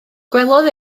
gwelodd